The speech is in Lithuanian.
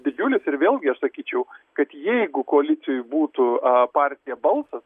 didžiulis ir vėlgi aš sakyčiau kad jeigu koalicijoj būtų a partija balsas